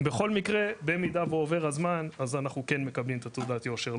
בכל מקרה במידה ועובר הזמן אז אנחנו כן מקבלים את תעודת היושר,